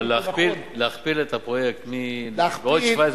אבל להכפיל את הפרויקט בעוד 17,